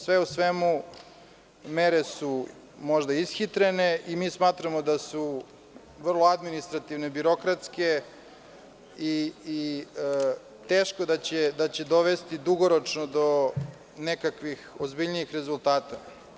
Sve u svemu, mere su možda ishitrene, i mi smatramo da su vrlo administrativne, birokratske i teško da će dovesti dugoročno do nekakvih ozbiljnijih rezultata.